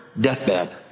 deathbed